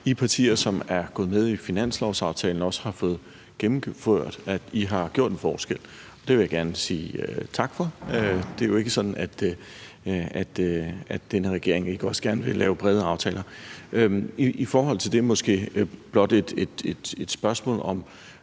I partier, som er gået med i finanslovsaftalen, også har fået gennemført. I har gjort en forskel, og det vil jeg gerne sige tak for. Det er jo ikke sådan, at den her regering ikke også gerne vil lave brede aftaler. I forhold til det har jeg blot et spørgsmål om